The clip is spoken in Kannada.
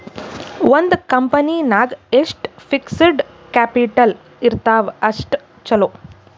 ಒಂದ್ ಕಂಪನಿ ನಾಗ್ ಎಷ್ಟ್ ಫಿಕ್ಸಡ್ ಕ್ಯಾಪಿಟಲ್ ಇರ್ತಾವ್ ಅಷ್ಟ ಛಲೋ